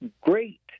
great